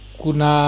kuna